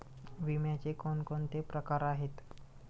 विम्याचे कोणकोणते प्रकार आहेत?